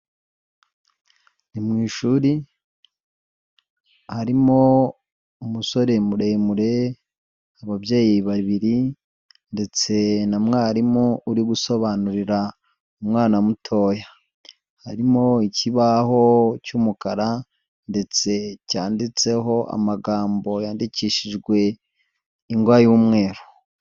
Ni mu ishuri harimo umusore muremure, ababyeyi babiri ndetse na mwarimu uri gusobanurira umwana mutoya, harimo ikibaho cy'umukara ndetse cyanditseho amagambo yandikishijwe ingwa y'umweru.